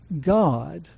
God